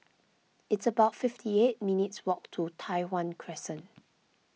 it's about fifty eight minutes' walk to Tai Hwan Crescent